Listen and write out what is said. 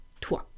toi